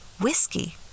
whiskey